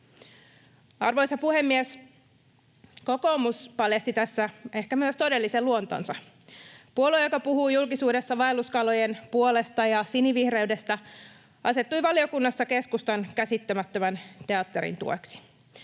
Arvoisa puhemies! Kokoomus paljasti tässä ehkä myös todellisen luontonsa. Puolue, joka puhuu julkisuudessa vaelluskalojen puolesta ja sinivihreydestä, asettui valiokunnassa keskustan käsittämättömän teatterin tueksi.